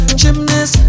gymnast